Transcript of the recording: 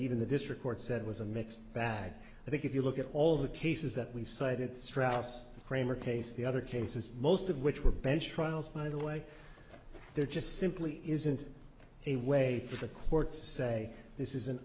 even the district court said was a mixed bag i think if you look at all the cases that we've cited strauss kramer case the other cases most of which were bench trials by the way there just simply isn't a way for the courts to say this is